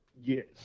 Yes